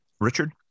Richard